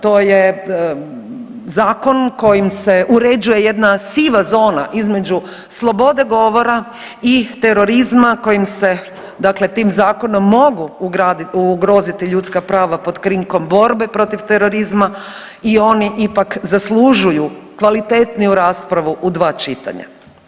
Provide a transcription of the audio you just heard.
To je zakon kojim se uređuje jedna siva zona između slobode govora i terorizma kojim se tim zakonom mogu ugroziti ljudska prava pod krinkom borbe protiv terorizma i oni ipak zaslužuju kvalitetniju raspravu u dva čitanja.